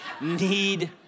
need